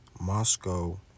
Moscow